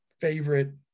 favorite